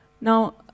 Now